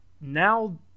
now